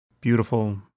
beautiful